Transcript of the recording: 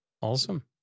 Awesome